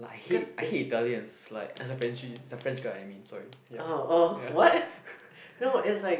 like I hate I hate Italians like as a Frenchie as a French guy I mean sorry ya ya